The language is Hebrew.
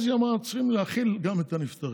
אז היא אמרה: צריכים להכיל גם את הנפטרים.